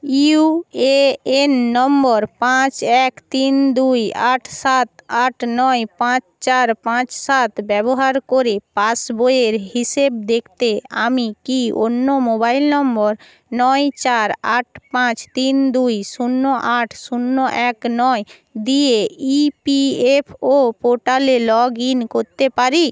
UAN number পাঁচ এক তিন দুই আট সাত আট নয় পাঁচ চার পাঁচ সাত ব্যবহার করে পাসবইয়ের হিসেব দেখতে আমি কি অন্য মোবাইল নম্বর নয় চার আট পাঁচ তিন দুই শূন্য আট শূন্য এক নয় দিয়ে ইপিএফও পোর্টালে লগ ইন করতে পারি